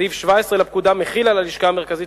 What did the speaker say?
סעיף 17 לפקודה מחיל על הלשכה המרכזית